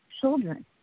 children